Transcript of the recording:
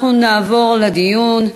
אנחנו נעבור לדיון.